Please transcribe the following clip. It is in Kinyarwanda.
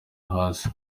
hasi